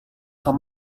tom